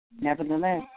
nevertheless